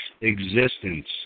existence